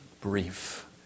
brief